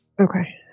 Okay